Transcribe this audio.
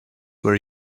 were